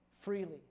freely